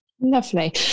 Lovely